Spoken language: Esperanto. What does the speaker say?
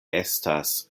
estas